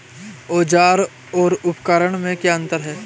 औज़ार और उपकरण में क्या अंतर है?